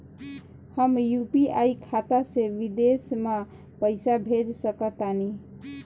हम यू.पी.आई खाता से विदेश म पइसा भेज सक तानि?